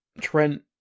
Trent